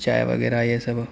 چائے وغیرہ یہ سب